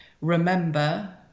remember